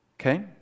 okay